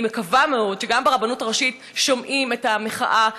אני מקווה מאוד שגם ברבנות הראשית שומעים את המחאה,